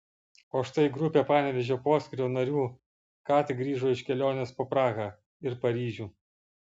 o štai grupė panevėžio poskyrio narių ką tik grįžo iš kelionės po prahą ir paryžių